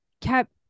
kept